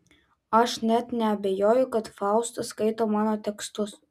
aš net neabejoju kad fausta skaito mano tekstus